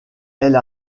elle